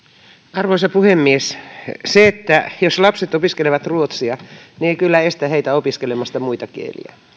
arvoisa puhemies se että lapset opiskelevat ruotsia ei kyllä estä heitä opiskelemasta muita kieliä